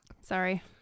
sorry